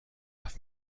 تلف